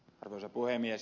arvoisa puhemies